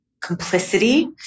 complicity